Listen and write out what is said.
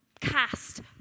cast